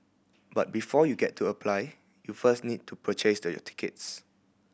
but before you get to apply you first need to purchased your tickets